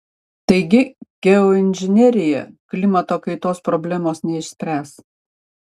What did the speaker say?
taigi geoinžinerija klimato kaitos problemos neišspręs